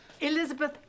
Elizabeth